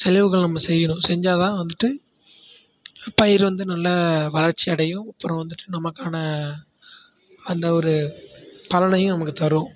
செலவுகள் நம்ம செய்யணும் செஞ்சால்தான் வந்துட்டு பயிர் வந்துட்டு நல்ல வளர்ச்சி அடையும் அப்புறம் வந்துட்டு நமக்கான அந்த ஒரு பலனையும் நமக்கு தரும்